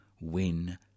win